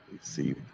see